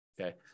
okay